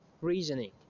reasoning